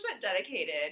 dedicated